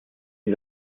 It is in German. sie